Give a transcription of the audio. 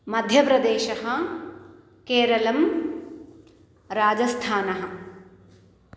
मध्यप्रदेशः केरलः राजस्थानम्